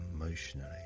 emotionally